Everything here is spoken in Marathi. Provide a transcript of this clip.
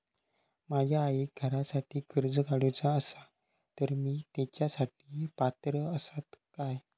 माझ्या आईक घरासाठी कर्ज काढूचा असा तर ती तेच्यासाठी पात्र असात काय?